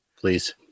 Please